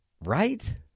right